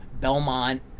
Belmont